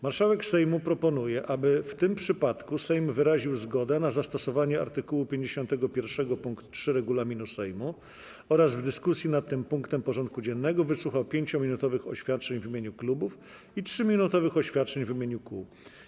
Marszałek Sejmu proponuje, aby w tym przypadku Sejm wyraził zgodę na zastosowanie art. 51 pkt 3 regulaminu Sejmu oraz w dyskusji nad tym punktem porządku dziennego wysłuchał 5-minutowych oświadczeń w imieniu klubów i 3-minutowych oświadczeń w imieniu kół.